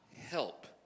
help